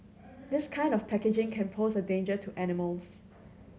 this kind of packaging can pose a danger to animals